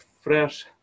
fresh